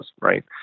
right